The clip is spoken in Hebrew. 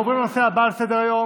אנחנו עוברים לנושא הבא על סדר-היום,